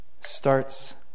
starts